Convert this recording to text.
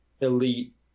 elite